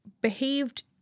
behaved